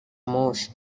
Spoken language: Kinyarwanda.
moshi